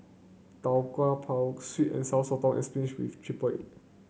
Tau Kwa Pau sweet and Sour Sotong and spinach with triple egg